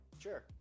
Sure